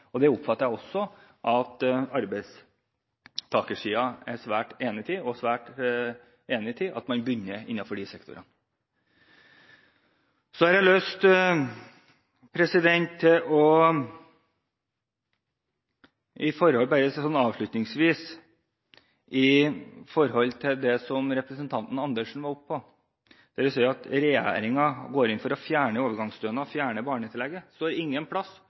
oppfatter at også arbeidstakersiden er svært enig i at man begynner innenfor de sektorene. Så har jeg lyst til avslutningsvis å si når det gjelder det som representanten Andersen sa her – at regjeringen går inn for å fjerne overgangsstønaden og fjerne barnetillegget: Det står